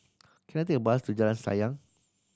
can I take a bus to Jalan Sayang